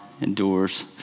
endures